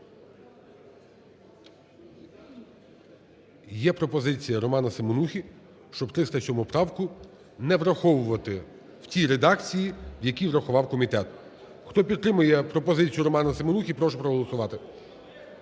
Є пропозиція Романа Семенухи, щоб 307 правку не враховувати в тій редакції, в якій врахував комітет. Хто підтримує пропозицію Романа Семенухи, прошу проголосувати.